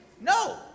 No